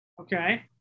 Okay